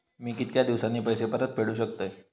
मी कीतक्या दिवसांनी पैसे परत फेडुक शकतय?